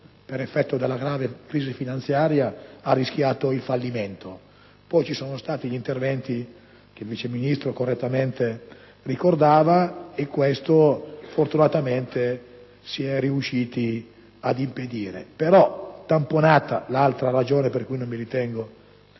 per effetto della grave crisi finanziaria, ha rischiato il fallimento. Poi vi sono stati gli interventi che il Vice Ministro correttamente ricordava e, fortunatamente, si è riusciti ad impedirlo. Tuttavia - ed è l'altra ragione per la quale non mi ritengo